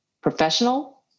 professional